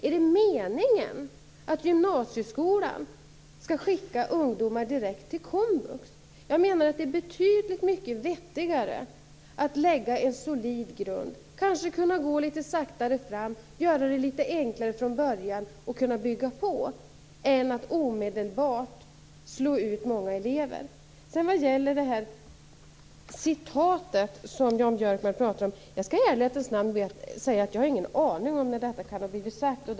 Är det meningen att gymnasieskolan skall skicka ungdomar direkt till komvux? Jag menar att det är betydligt vettigare att lägga en solid grund och att kanske kunna gå litet saktare fram och göra det litet enklare från början för att sedan kunna bygga på; detta i stället för att omedelbart slå ut många elever. Vad gäller det citat som Jan Björkman nämnde skall jag i ärlighetens namn säga att jag inte har en aning om när uttalandet i fråga kan ha gjorts.